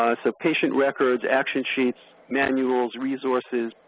ah so patient records, action sheets, manuals, resources,